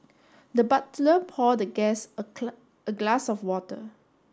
the butler pour the guest a a glass of water